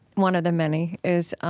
one of the many, is